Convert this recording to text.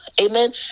amen